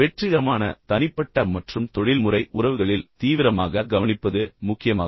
வெற்றிகரமான தனிப்பட்ட மற்றும் தொழில்முறை உறவுகளில் தீவிரமாக கவனிப்பது முக்கியமாகும்